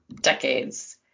decades